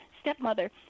stepmother